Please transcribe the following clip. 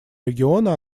региона